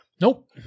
Nope